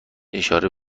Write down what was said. اشاره